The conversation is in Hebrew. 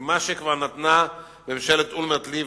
כי מה שכבר נתנה ממשלת אולמרט-לבני,